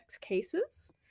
cases